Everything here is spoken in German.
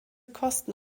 kosten